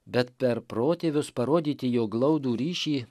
bet per protėvius parodyti jo glaudų ryšį